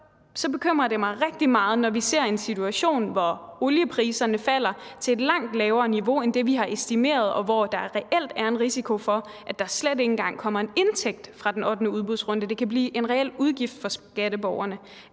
bekymrer det mig rigtig meget, når vi ser en situation, hvor oliepriserne falder til et langt lavere niveau end det, vi har estimeret, og hvor der reelt er en risiko for, at der ikke engang kommer en indtægt fra den ottende udbudsrunde, men at det kan blive en reel udgift for skatteborgerne.